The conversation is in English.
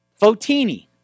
Fotini